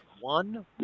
one